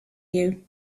you